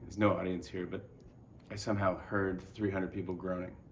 no audience here, but i somehow heard three hundred people groaning.